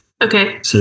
Okay